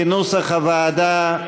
כנוסח הוועדה.